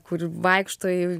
kur vaikšto į